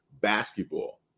basketball